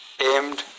aimed